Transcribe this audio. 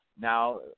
Now